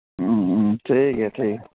ᱴᱷᱤᱠ ᱜᱮᱭᱟ ᱴᱷᱤᱠ ᱜᱮᱭᱟ